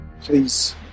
Please